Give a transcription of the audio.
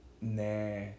nah